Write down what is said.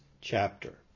chapter